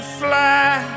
fly